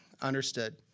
understood